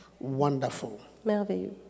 Wonderful